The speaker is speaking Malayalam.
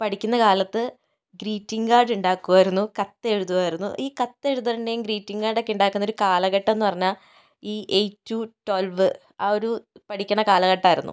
പഠിക്കുന്ന കാലത്ത് ഗ്രീറ്റിംഗ് കാർഡ് ഉണ്ടാക്കുമായിരുന്നു കത്ത് എഴുതുമായിരുന്നു ഈ കത്ത് എഴുതേണ്ടതും ഗ്രീറ്റിംഗ് കാർഡൊക്കെ ഉണ്ടാക്കുന്ന ഒരു കാലഘട്ടം എന്ന് പറഞ്ഞാൽ ഈ എയിറ്റ് ടു ട്വൽവ് ആ ഒരു പഠിക്കണ കാലഘട്ടമായിരുന്നു